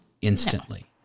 instantly